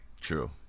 True